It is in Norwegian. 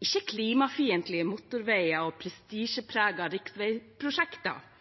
ikke klimafiendtlige motorveier og prestisjepregede riksveiprosjekter.